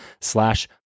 slash